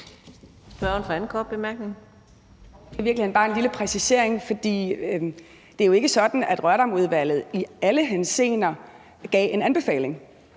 Det er i virkeligheden bare en lille præcisering. Det er jo ikke sådan, at Rørdamudvalget i alle henseender gav en anbefaling.